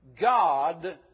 God